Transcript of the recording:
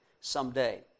someday